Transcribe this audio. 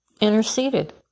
interceded